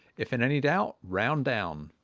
if in any doubt round down.